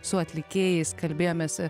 su atlikėjais kalbėjomės